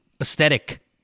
aesthetic